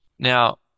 Now